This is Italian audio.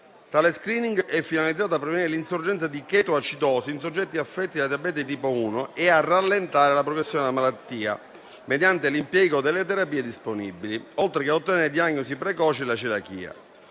Tale *screening* è finalizzato a prevenire l'insorgenza di chetoacidosi in soggetti affetti da diabete di tipo 1 e a rallentare la progressione della malattia, mediante l'impiego delle terapie disponibili, oltre che a ottenere diagnosi precoci della celiachia.